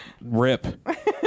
rip